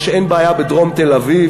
או שאין בעיה בדרום תל-אביב.